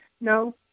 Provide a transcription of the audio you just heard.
No